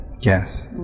Yes